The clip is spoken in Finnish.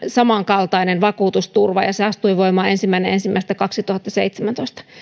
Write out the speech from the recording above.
samankaltainen vakuutusturva ja se astui voimaan ensimmäinen ensimmäistä kaksituhattaseitsemäntoista